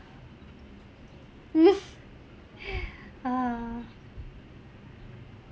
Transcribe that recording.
ah